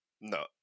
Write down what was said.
no